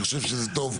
אני חושב שזה טוב,